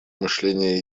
мышления